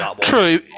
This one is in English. True